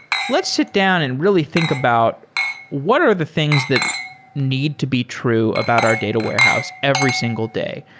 let's sit down and really think about what are the things that need to be true about our data warehouse every single day.